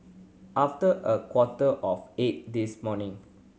after a quarter of eight this morning